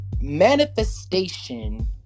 manifestation